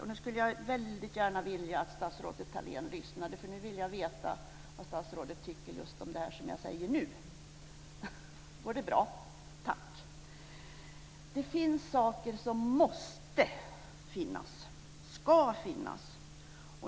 Jag skulle väldigt gärna vilja att statsrådet Thalén lyssnade, för jag vill veta vad statsrådet tycker om just det som jag tänker säga nu. Det finns saker som måste finnas, ska finnas.